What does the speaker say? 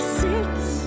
sits